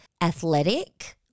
Athletic